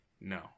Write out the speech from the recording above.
No